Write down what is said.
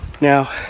Now